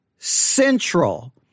Central